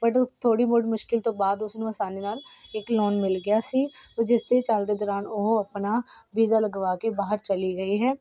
but ਉਹ ਥੋੜ੍ਹੀ ਬਹੁਤ ਮੁਸ਼ਕਲ ਤੋਂ ਬਾਅਦ ਉਸ ਨੂੰ ਆਸਾਨੀ ਨਾਲ ਇੱਕ ਲੋਨ ਮਿਲ ਗਿਆ ਸੀ ਜਿਸ ਦੇ ਚੱਲਦੇ ਦੌਰਾਨ ਉਹ ਆਪਣਾ ਵੀਜ਼ਾ ਲਗਵਾ ਕੇ ਬਾਹਰ ਚਲੀ ਗਈ ਹੈ